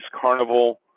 carnival